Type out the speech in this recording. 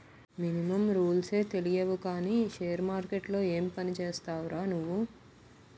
Minimum రూల్సే తెలియవు కానీ షేర్ మార్కెట్లో ఏం పనిచేస్తావురా నువ్వు?